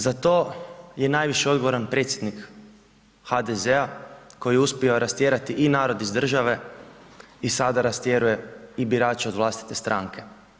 Za to je najviše odgovoran predsjednik HDZ-a koji je uspio rastjerati i narod iz države i sada rastjeruje i birače od vlastite stranke.